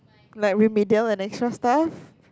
like remedial and extra stuff